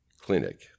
clinic